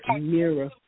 mirror